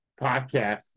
Podcast